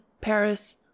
Paris